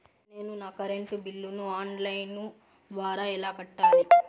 నేను నా కరెంటు బిల్లును ఆన్ లైను ద్వారా ఎలా కట్టాలి?